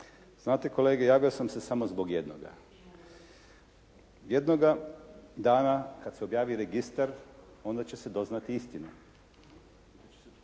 Znate kolege javio sam se samo zbog jednoga. Jednoga dana kad se objavi registar onda će se doznati istina.